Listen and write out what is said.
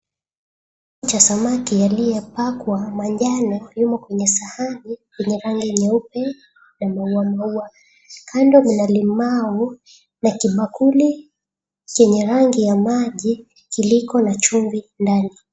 Cha samaki aliye pakwa manjano yumo kwenye sahani yenye rangi nyeupe ya maua maua. Kando kuna limau na kibakuli chenye rangi ya maji kiliko na chumvi ndani.